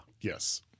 Yes